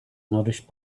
nourished